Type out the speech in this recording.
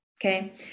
okay